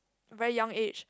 very young age